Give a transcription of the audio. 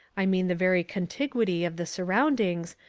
i mean the very contiguity of the surroundings,